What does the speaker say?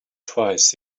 twice